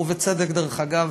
ובצדק, דרך אגב,